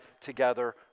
together